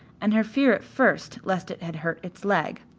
and her fear at first lest it had hurt its leg.